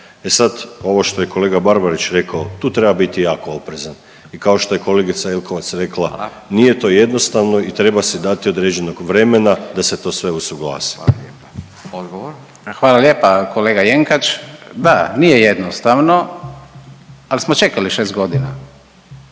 E sad ovo što je kolega Barbarić rekao tu treba biti jako oprezan. I kao što je kolegica Jelkovac rekla nije to jednostavno i treba si dati određenog vremena da se to sve usuglasi. **Radin, Furio (Nezavisni)** Hvala lijepa. Odgovor. **Daus, Emil (IDS)** Hvala lijepa. Kolega Jenkač, da nije jednostavno ali smo čekali 6 godina.